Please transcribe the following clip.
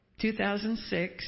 2006